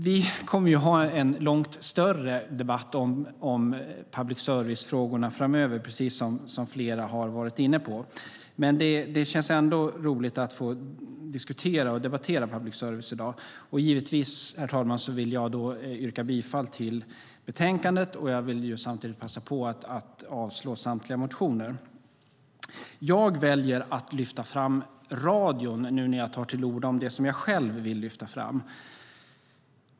Vi kommer att ha en långt större debatt om public service-frågorna framöver, precis som flera har varit inne på. Men det känns ändå roligt att få diskutera och debattera public service i dag. Givetvis, herr talman, vill jag då yrka bifall till förslaget i betänkandet, och jag vill samtidigt passa på att yrka avslag på samtliga motioner. Jag väljer att lyfta fram radion nu när jag tar till orda om det som jag själv vill lyfta fram.